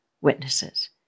witnesses